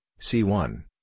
c1